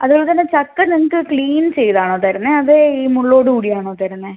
അതുപോലെത്തന്നെ ചക്ക നിങ്ങൾക്ക് ക്ലീൻ ചെയ്താണോ തരുന്നത് അതോ ഈ മുള്ളോടുകൂടിയാണോ തരുന്നത്